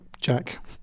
Jack